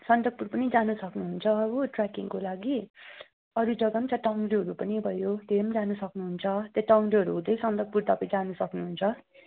सन्दकपुर पनि जानु सक्नुहुन्छ हो ट्र्याकिङको लागि अरू जग्गा पनि छ टङ्ग्लुहरू पनि भयो त्यो पनि जानु सक्नुहुन्छ त्यहाँ टङ्ग्लुहरू हुँदै सन्दकपुर तपाईँ जानु सक्नुहुन्छ